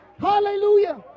Hallelujah